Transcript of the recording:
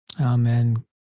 Amen